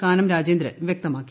കാനം രാജേന്ദ്രൻ വ്യക്തമാക്കി